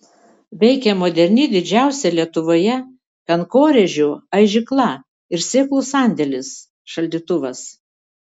veikia moderni didžiausia lietuvoje kankorėžių aižykla ir sėklų sandėlis šaldytuvas